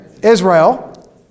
Israel